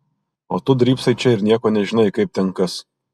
o tu drybsai čia ir nieko nežinai kaip ten kas